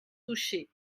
touché